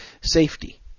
safety